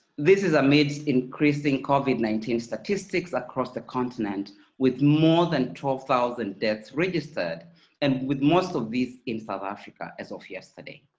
this is amidst increased and covid nineteen statistics across the continent with more than twelve thousand deaths registered and with most of these in south africa as of yesterday.